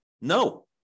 No